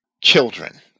children